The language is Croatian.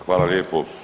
Hvala lijepo.